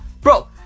Bro